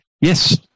Yes